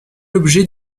l’objet